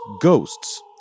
ghosts